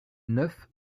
neuf